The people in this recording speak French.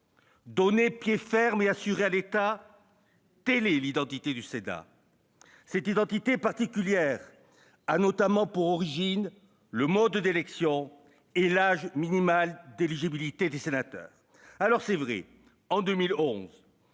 Donner pied ferme et assuré à l'État, telle est l'identité du Sénat. Cette identité particulière a notamment pour origine le mode d'élection et l'âge minimal d'éligibilité des sénateurs. Certes, en 2011,